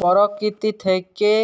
পরকীতি থাইকে